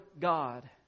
God